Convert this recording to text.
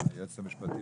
הפצנו אתמול נוסח מעודכן